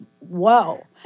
Whoa